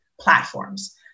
platforms